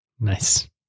Nice